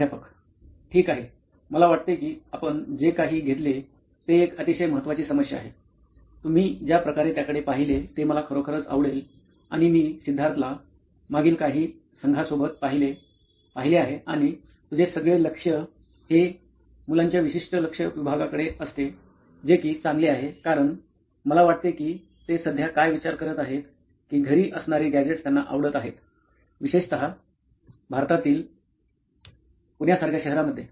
प्राध्यापक ठीक आहे मला वाटते की आपण जे काही घेतले ते एक अतिशय महत्वाची समस्या आहे तुम्ही ज्या प्रकारे त्याकडे पाहिले ते मला खरोखरच आवडेल आणि मी सिद्धार्थला मागील काही संघांसोबत पाहिलॆ आहे आणि तुझे सगळे लक्ष हे मुलांचा विशिष्ट लक्ष्य विभागाकडे असते जे कि चांगले आहे कारण मला वाटते कि ते सध्या काय विचार करत आहेत कि घरी असणारे गॅझेटस त्यांना आवडत आहेत विशेषत भारतातील पुण्यासारख्या शहरामध्ये